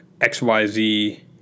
xyz